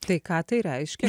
tai ką tai reiškia